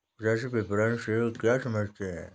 कृषि विपणन से क्या समझते हैं?